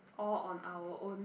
all on our own